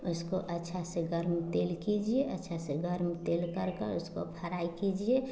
उसको अच्छे से गर्म तेल कीजिए अच्छे से गर्म तेल कर कर उसको फराई कीजिए